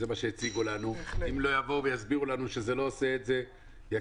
אם לא יסבירו לנו שזה לא עושה את זה אז אני בעד.